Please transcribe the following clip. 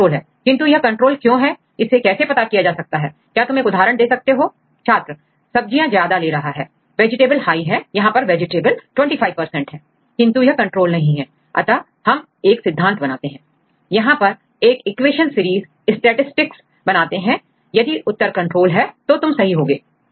यह कंट्रोल है किंतु यह कंट्रोल क्यों है इसे कैसे पता किया जा सकता है क्या तुम एक उदाहरण दे सकते हो छात्र सब्जियां ज्यादा ले रहा है वेजिटेबल हाई है यहां पर भी वेजिटेबल 25 है किंतु यह कंट्रोल्ड नहीं है अतः हम एक सिद्धांत बनाते हैं A यहां पर एक इक्वेशन सीरीज स्टैटिसटिक्स बनाते हैं यदि उत्तर कंट्रोल है तो तुम सही होगे